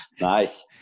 Nice